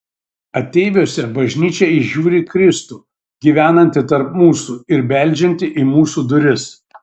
ateiviuose bažnyčia įžiūri kristų gyvenantį tarp mūsų ir beldžiantį į mūsų duris